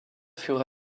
furent